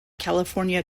california